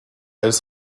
elles